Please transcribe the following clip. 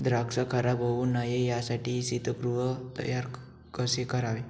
द्राक्ष खराब होऊ नये यासाठी शीतगृह तयार कसे करावे?